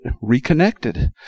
reconnected